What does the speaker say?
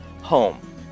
home